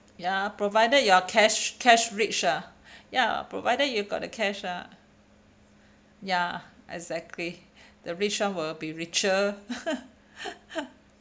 ya provided you're cash cash rich ah ya provided you got the cash ah ya exactly the rich one will be richer